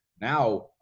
now